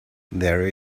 there